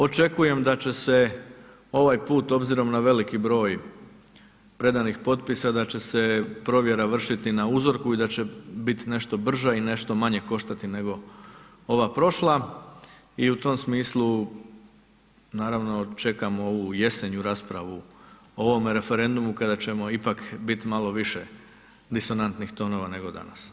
Očekujem da će se ovaj put obzirom na veliki broj predanih potpisa, da će se provjera vršiti na uzorku i da će bit nešto brža i nešto manje koštati nego ova prošla i u tom smislu naravno čekamo ovu jesenju raspravu o ovome referendumu kada ćemo ipak bit malo više disonantnih tonova nego danas.